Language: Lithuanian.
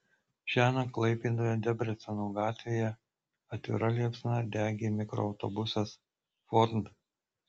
šiąnakt klaipėdoje debreceno gatvėje atvira liepsna degė mikroautobusas ford